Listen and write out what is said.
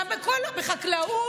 גם בחקלאות.